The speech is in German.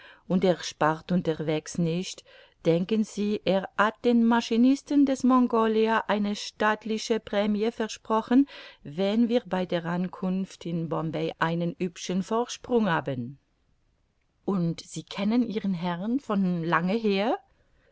und er spart unterwegs nicht denken sie er hat dem maschinisten des mongolia eine stattliche prämie versprochen wenn wir bei der ankunft in bombay einen hübschen vorsprung haben und sie kennen ihren herrn von lange her